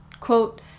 Quote